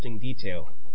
detail